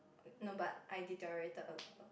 no but I deteriorated a lot